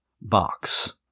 box